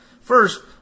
First